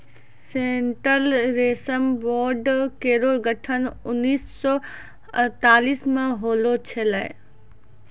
central रेशम board केरो गठन उन्नीस सौ अड़तालीस म होलो छलै